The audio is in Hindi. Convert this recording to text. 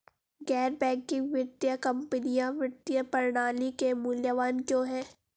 गैर बैंकिंग वित्तीय कंपनियाँ वित्तीय प्रणाली के लिए मूल्यवान क्यों हैं?